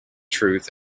truth